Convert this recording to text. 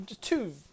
two